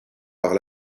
par